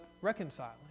reconciling